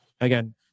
again